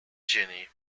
journey